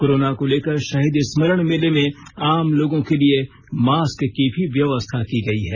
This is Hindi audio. कोरोना को लेकर शहीद स्मरण मेले में आम लोगों के लिए मास्क की भी व्यवस्था की गई है